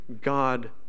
God